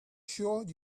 sure